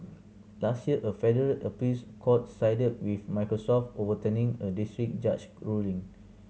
last year a federal appeals court sided with Microsoft overturning a district judge ruling